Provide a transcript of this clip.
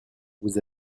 vous